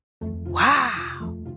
Wow